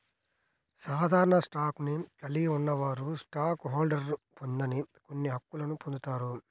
సాధారణ స్టాక్ను కలిగి ఉన్నవారు స్టాక్ హోల్డర్లు పొందని కొన్ని హక్కులను పొందుతారు